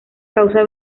causa